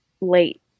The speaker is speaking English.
late